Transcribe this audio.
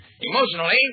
Emotionally